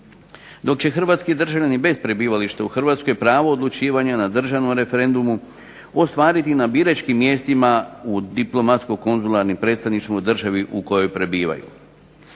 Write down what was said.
Dok će Hrvatski državljani bez prebivališta u Hrvatskoj pravo odlučivanja na državnom referendumu ostvariti na biračkim mjestima u diplomatsko-konzularnim predstavništvima u državi u kojoj prebivaju.